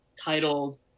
titled